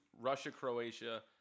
Russia-Croatia